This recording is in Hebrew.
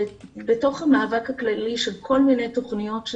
בתוך המאבק הכללי של כל מיני תוכניות,